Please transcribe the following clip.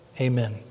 Amen